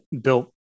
built